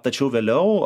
tačiau vėliau